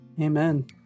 Amen